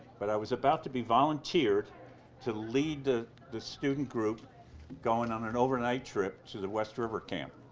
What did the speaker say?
but i was about to be volunteered to lead the the student group going on an overnight trip to the west river camp.